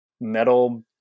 metal